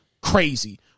crazy